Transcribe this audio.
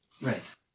Right